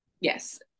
yes